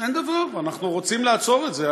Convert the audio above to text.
אין דבר, אנחנו רוצים לעצור את זה.